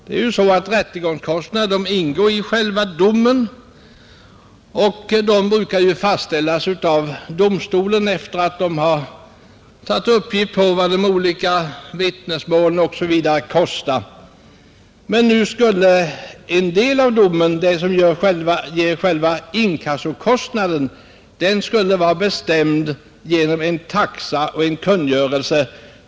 Bestämmelser om rättegångskostnaderna ingår i själva domen, och de brukar fastställas av domstolen efter det att domstolen har fått in uppgifter om vad de olika vittnesmålen osv. kostar. Nu skulle den del av domen som gäller inkassokostnaden vara bestämd genom en taxa och en kungörelse.